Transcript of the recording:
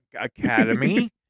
academy